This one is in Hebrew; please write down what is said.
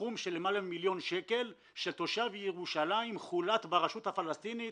סכום של למעלה ממיליון שקל של תושב ירושלים חולט ברשות הפלסטינית,